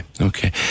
Okay